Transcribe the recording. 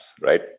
right